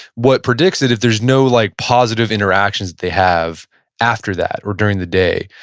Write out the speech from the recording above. what predicts it, if there's no like positive interactions they have after that, or during the day.